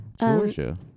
Georgia